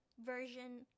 version